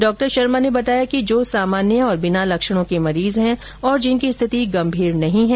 डॉ शर्मा ने बताया कि जो सामान्य और बिना लक्षणों के मरीज हैं और जिनकी स्थिति गंभीर नहीं है